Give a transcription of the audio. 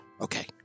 Okay